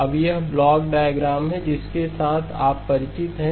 अब यह एक ब्लॉक डायग्राम है जिसके साथ आप परिचित हैं